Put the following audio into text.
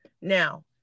Now